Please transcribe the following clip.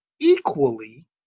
equally